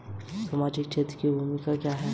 सामाजिक क्षेत्र की भूमिका क्या है?